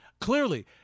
clearly